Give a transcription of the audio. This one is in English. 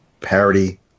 Parody